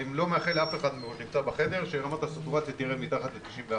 אני לא מאחל לאף אחד שנמצא בחדר שרמת הסטורציה תרד מתחת ל-94%,